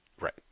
Right